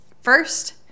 First